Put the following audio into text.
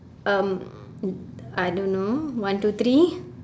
um I don't know one two three